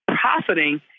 profiting